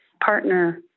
partner